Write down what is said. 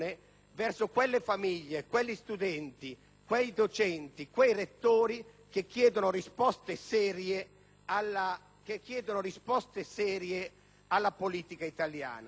verso quelle famiglie, quegli studenti, quei docenti e quei rettori che chiedono risposte serie alla politica italiana.